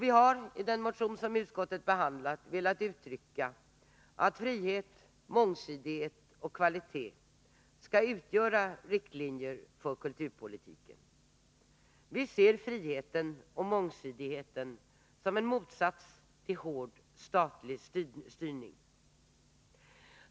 Vi har i denna motion, som utskottet har behandlat, velat uttrycka att frihet, mångsidighet och kvalitet skall utgöra riktlinjer för kulturpolitiken. Vi ser friheten och mångsidigheten som en motsats till hård statlig styrning.